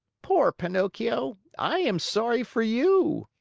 poor pinocchio, i am sorry for you.